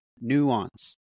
nuance